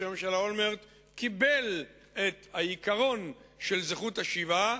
שראש הממשלה אולמרט קיבל את העיקרון של זכות השיבה,